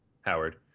Howard